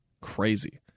Crazy